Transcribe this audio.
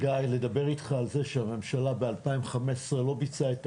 --- לדבר איתך על זה שהממשלה ב-2015 לא ביצעה את תפקידה,